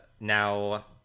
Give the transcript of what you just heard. now